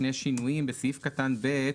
בסעיף קטן (ב),